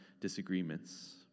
disagreements